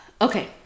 Okay